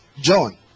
John